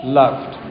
loved